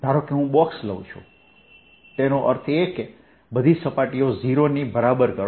ધારો કે હું બોક્સ લઉં છું તેનો અર્થ એ કે બધી સપાટીઓ 0 ની બરાબર કરો